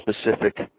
specific